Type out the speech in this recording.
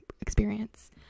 experience